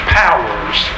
powers